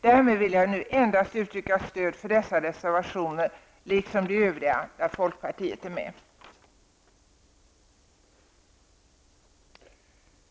Därmed uttalar jag mitt stöd för dessa reservationer liksom för övriga reservationer som har undertecknats av folkpartister.